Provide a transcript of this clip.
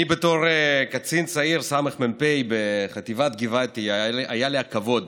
בתור קצין צעיר, סמ"פ בחטיבת גבעתי, היה לי הכבוד